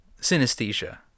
Synesthesia